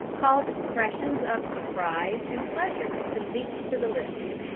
cause expressions of surprise and pleasure to leap to the lips.